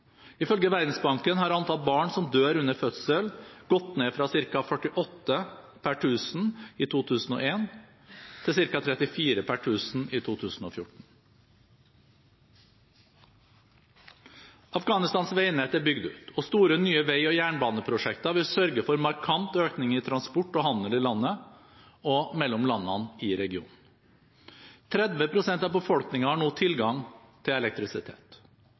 Ifølge Verdensbanken har antall barn som dør under fødsel, gått ned fra ca. 48 per 1 000 i 2001 til ca. 34 per 1 000 i 2014. Afghanistans veinett er bygget ut, og store nye vei- og jernbaneprosjekter vil sørge for markant økning i transport og handel i landet og mellom landene i regionen. 30 pst. av befolkningen har nå tilgang til elektrisitet.